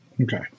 okay